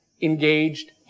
engaged